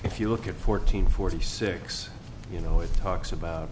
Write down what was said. if you look at fourteen forty six you know it talks about